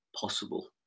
possible